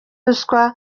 ruswa